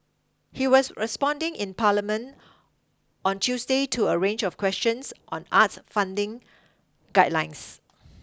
he was responding in Parliament on Tuesday to a range of questions on arts funding guidelines